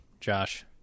Josh